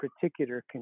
particular